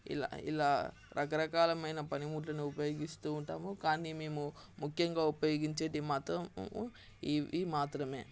ఇలా ఇలా రకరకాలైన పనిముట్లను ఉపయోగిస్తూ ఉంటాము కానీ మేము ముఖ్యంగా ఉపయోగించేది మాత్రము ఇవి మాత్రమే